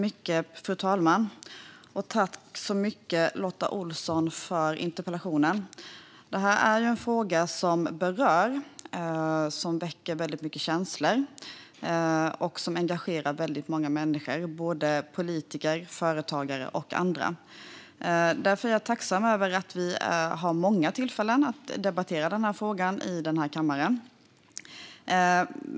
Fru talman! Jag tackar Lotta Olsson så mycket för interpellationen. Det här är en fråga som berör, väcker mycket känslor och engagerar väldigt många människor - politiker, företagare och andra. Därför är jag tacksam över att vi har många tillfällen att debattera denna fråga i den här kammaren.